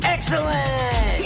Excellent